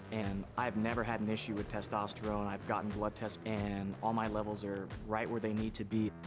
and i've never had an issue with testosterone. i've gotten blood tests and all my levels are right where they need to be.